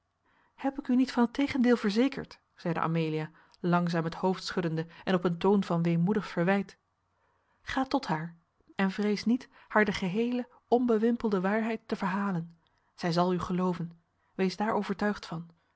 heb ik u niet van het tegendeel verzekerd zeide amelia langzaam het hoofd schuddende en op een toon van weemoedig verwijt ga tot haar en vrees niet haar de geheele onbewimpelde waarheid te verhalen zij zal u geloven wees daar overtuigd van